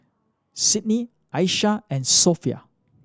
Sidney Asha and Sophia